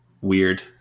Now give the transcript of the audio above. weird